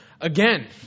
again